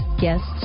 guests